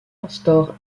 instaure